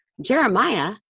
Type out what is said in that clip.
Jeremiah